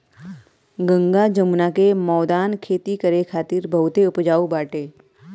गंगा जमुना के मौदान खेती करे खातिर बहुते उपजाऊ बाटे